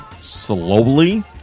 slowly